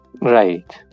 Right